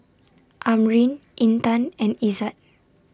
Amrin Intan and Izzat